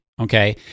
Okay